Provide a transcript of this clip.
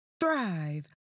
thrive